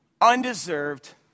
undeserved